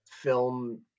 film